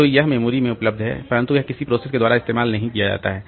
तो यह मेमोरी में उपलब्ध है परंतु यह किसी प्रोसेस के द्वारा इस्तेमाल नहीं किया जा रहा है